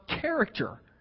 character